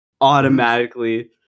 automatically